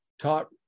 taught